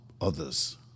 others